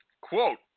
Quote